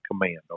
command